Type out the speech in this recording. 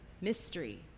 Mystery